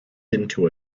into